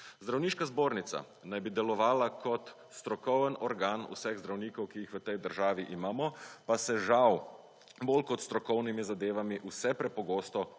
Zdravniška zbornica naj bi delovala kot strokovne organ vsah zdravnikov, ki jih v tej državi imamo, pa se žal bolj kot s strokovnimi zadevami vse prepogosto ukvarja